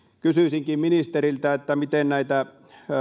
kysyisinkin ministeriltä miten näitä